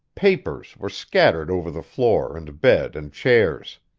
papers, were scattered over the floor and bed and chairs.